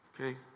Okay